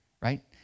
right